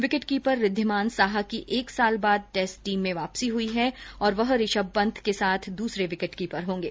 विकिट keeper Wriddhiman Saha की एक साल बाद र्टेस्ट टीम में वापसी हई है और वह ऋषभ पंत के साथ दूसरे विकेट कीपर होंगे